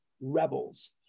rebels